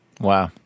Wow